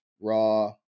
raw